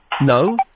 No